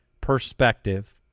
perspective